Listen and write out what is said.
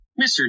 Mr